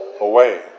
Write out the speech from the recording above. away